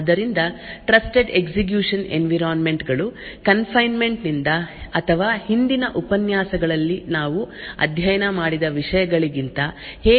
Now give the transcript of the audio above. ಆದ್ದರಿಂದ trusted execution environments ಗಳು confinement ದಿಂದ ಅಥವಾ ಹಿಂದಿನ ಉಪನ್ಯಾಸಗಳಲ್ಲಿ ನಾವು ಅಧ್ಯಯನ ಮಾಡಿದ ವಿಷಯಗಳಿಗಿಂತ ಹೇಗೆ ಭಿನ್ನವಾಗಿದೆ ಎಂಬುದನ್ನು ನಾವು ಪ್ರಾರಂಭಿಸುತ್ತೇವೆ